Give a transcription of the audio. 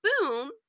boom